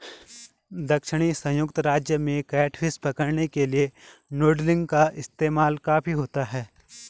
दक्षिणी संयुक्त राज्य में कैटफिश पकड़ने के लिए नूडलिंग का इस्तेमाल काफी होता है